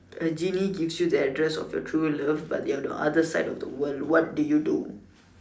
a genie gives you the address of your true love but they are on the other side of the world what do you do